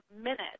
minutes